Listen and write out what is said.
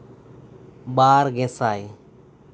ᱵᱟᱨ ᱜᱮ ᱥᱟᱭ